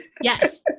Yes